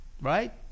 Right